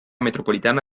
metropolitana